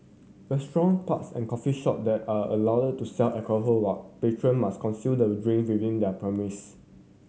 restaurant pubs and coffee shop there are allowed to sell alcohol but patron must consume the drink within their premise